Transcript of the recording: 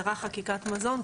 הישראלית.